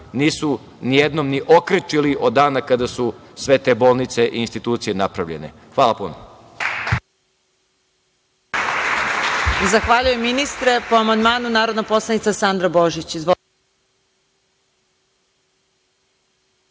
nisu ni jednom okrečili od dana kada su sve te bolnice i institucije napravljene. Hvala puno.